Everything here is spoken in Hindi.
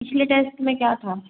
पिछले टेस्ट में क्या था